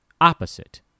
opposite